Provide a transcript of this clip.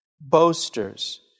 boasters